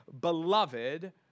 beloved